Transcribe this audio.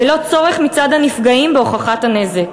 ללא צורך מצד הנפגעים בהוכחת הנזק.